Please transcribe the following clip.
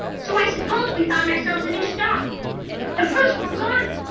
so i suppose we found ourselves a new star the first ones on it.